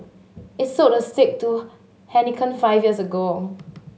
it sold the stake to Heineken five years ago